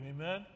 amen